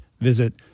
visit